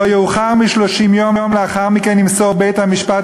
לא יאוחר מ-30 יום לאחר מכן ימסור בית-המשפט